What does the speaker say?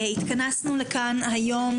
התכנסנו לכאן היום,